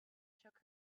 shook